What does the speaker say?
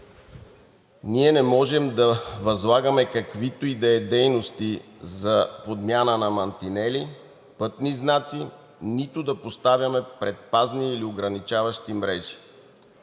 Ние не можем да възлагаме каквито и да е дейности по подмяна на мантинели, пътни знаци, нито да поставяме предпазни и ограничаващи мрежи,